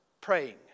praying